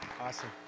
Awesome